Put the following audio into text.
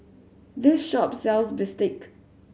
this shop sells Bistake